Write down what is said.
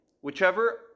whichever